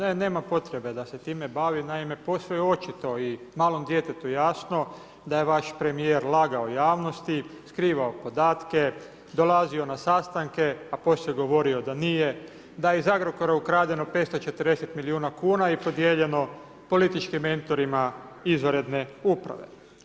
Ne, nema potrebe da se time bavi, naime posve je očito i malo djetetu jasno da je vaš premijer lagao javnosti, skrivao podatke, dolazio na sastanke a poslije govorio da nije, da je iz Agrokora ukradeno 540 milijuna kuna i podijeljeno političkim mentorima izvanredne uprave.